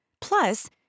Plus